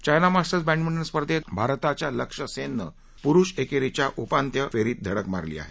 China Masters badminton स्पर्धेत भारताच्या लक्ष्य सेननं पुरुष एकेरीच्या उपान्त्य फेरीत धडक मारली आहे